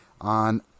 On